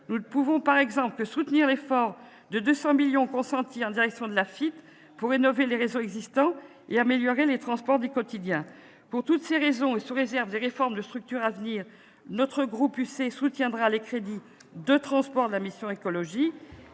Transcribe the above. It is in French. Nous ne pouvons par exemple que soutenir l'effort de 200 millions d'euros consenti en direction de l'AFITF pour rénover les réseaux existants et améliorer les transports du quotidien. Pour toutes ces raisons, et sous réserve des réformes de structure à venir, le groupe Union Centriste soutiendra les crédits transport de cette mission. Très bien